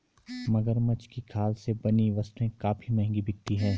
मगरमच्छ की खाल से बनी वस्तुएं काफी महंगी बिकती हैं